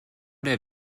der